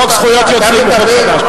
חוק זכות יוצרים הוא חוק חדש.